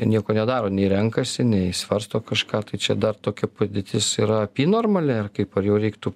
nieko nedaro nei renkasi nei svarsto kažką tai čia dar tokia padėtis yra normali ar kaip ar jau reiktų